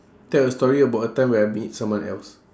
tell a story about a time when I made someone else